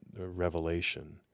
revelation